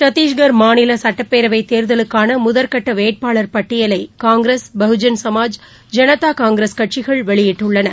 சத்தீஸ்கர் மாநிலசட்டப்பேரவைதேர்தலுக்கானமுதல்கட்டவேட்பாளர் பட்டியலைகாங்கிரஸ் பகுஜன் சமாஜ் ஜனதாகாங்கிரஸ்கட்சிகள்வெளியிட்டுள்ளன